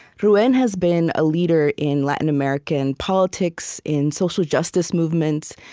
ruben has been a leader in latin american politics, in social justice movements.